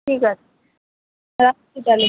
ঠিক আছে রাখছি তাহলে